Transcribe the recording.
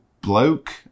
bloke